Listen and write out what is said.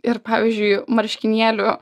ir pavyzdžiui marškinėlių